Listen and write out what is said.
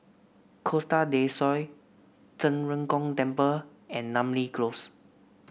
Costa Del Sol Zhen Ren Gong Temple and Namly Close